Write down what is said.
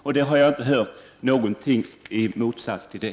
Jag har inte hört något som talar emot det.